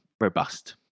robust